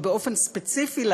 ובאופן ספציפי,